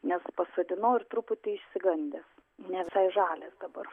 nes pasodinau ir truputį išsigandęs ne visai žalias dabar